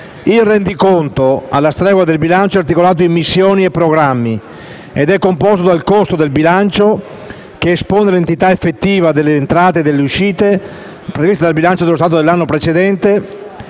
Il Rendiconto, alla stregua del bilancio, è articolato in missioni e programmi ed è composto dal conto del bilancio, che espone l'entità effettiva delle entrate e delle uscite previste dal bilancio dello Stato dell'anno precedente,